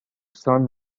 sun